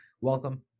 Welcome